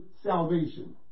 Salvation